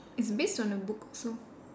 it's based on a book so